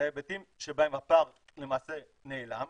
ההיבטים שבהם הפער למעשה נעלם,